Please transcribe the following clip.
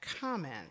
comment